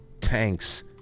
tanks